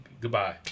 goodbye